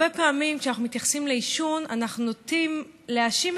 הרבה פעמים כשאנחנו מתייחסים לעישון אנחנו נוטים להאשים